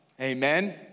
Amen